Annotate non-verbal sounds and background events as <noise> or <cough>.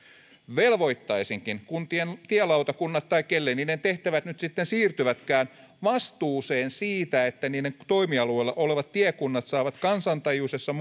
velvoittaisinkin kuntien tielautakunnat tai kelle niiden tehtävät nyt sitten siirtyvätkään vastuuseen siitä että niiden toimialueella olevat tiekunnat saavat kansantajuisessa <unintelligible>